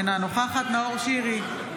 אינה נוכחת נאור שירי,